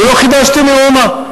ולא חידשתי מאומה.